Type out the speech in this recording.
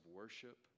worship